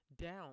down